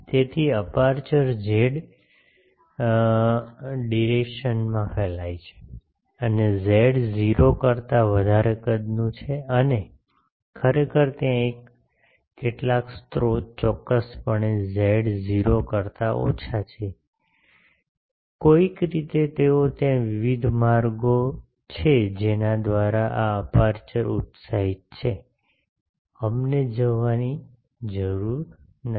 તેથી aperture z ડિરેશનમાં ફેલાયેલ છે અને ઝેડ 0 કરતા વધારે કદનું છે અને ખરેખર ત્યાં કેટલાક સ્રોત ચોક્કસપણે ઝેડ 0 કરતા ઓછા છે કોઈક રીતે તેઓ ત્યાં વિવિધ માર્ગો છે જેના દ્વારા આ અપેરચ્યોર ઉત્સાહિત છે અમને જવાની જરૂર નથી